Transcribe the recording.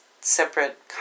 separate